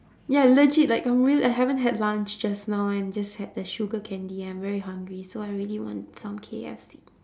ya legit like a meal I haven't had lunch just now and just had the sugar candy I am very hungry so I really want some K_F_C